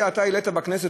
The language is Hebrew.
אתה העלית בכנסת,